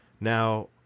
now